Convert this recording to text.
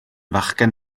fachgen